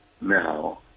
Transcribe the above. now